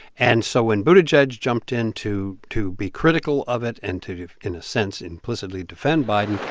and so when buttigieg jumped in to to be critical of it and to, in a sense, implicitly defend biden.